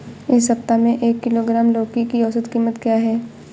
इस सप्ताह में एक किलोग्राम लौकी की औसत कीमत क्या है?